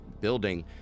building